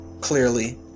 clearly